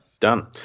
Done